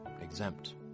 exempt